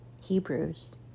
Hebrews